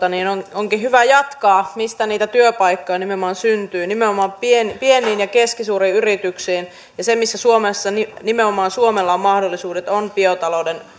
onkin hyvä jatkaa mihin niitä työpaikkoja nimenomaan syntyy nimenomaan pieniin ja keskisuuriin yrityksiin ja se missä nimenomaan suomella on mahdollisuudet on biotalouden